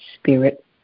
spirit